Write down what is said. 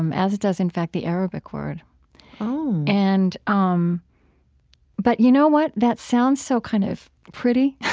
um as does, in fact, the arabic word oh and, um but you know what? that sounds so kind of pretty,